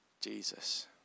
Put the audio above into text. Jesus